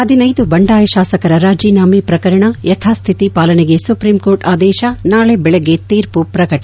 ಹದಿನೈದು ಬಂಡಾಯ ಶಾಸಕರ ರಾಜೀನಾಮೆ ಪ್ರಕರಣ ಯಥಾಸ್ಹಿತಿ ಪಾಲನೆಗೆ ಸುಪ್ರೀಂಕೋರ್ಟ್ ಆದೇಶ ನಾಳೆ ಬೆಳಿಗ್ಗೆ ತೀರ್ಮ ಪ್ರಕಟ